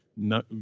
no